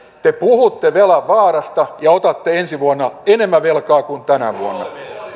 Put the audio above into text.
te puhutte velan vaarasta ja otatte ensi vuonna enemmän velkaa kuin tänä vuonna